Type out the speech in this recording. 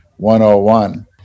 101